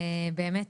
באמת,